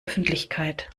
öffentlichkeit